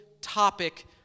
topic